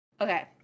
Okay